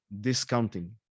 discounting